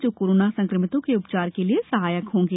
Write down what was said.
जो कोरोना संक्रमितों के उपचार के लिए सहायक होंगे